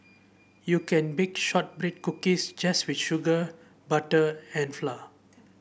you can bake shortbread cookies just with sugar butter and flour